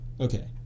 Okay